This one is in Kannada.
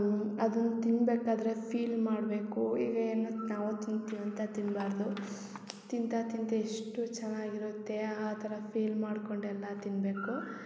ಅದನ್ನ ತಿನ್ಬೇಕಾದರೆ ಫೀಲ್ ಮಾಡಬೇಕು ಈಗ ಏನು ನಾವು ತಿಂತೀವಿ ಅಂತ ತಿನ್ಬಾರದು ತಿಂತ ತಿಂತಾ ಎಷ್ಟು ಚೆನ್ನಾಗಿರುತ್ತೆ ಆ ಥರ ಫೀಲ್ ಮಾಡ್ಕೊಂಡು ಎಲ್ಲ ತಿನ್ಬೇಕು